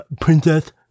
Princess